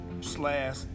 slash